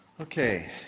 okay